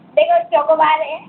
एक चोकोबार है